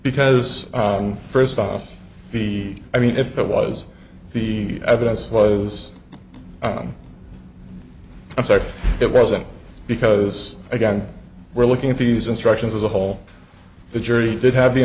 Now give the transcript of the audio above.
because first off the i mean if it was the evidence was i'm sorry it wasn't because again we're looking at these instructions as a whole the jury did have the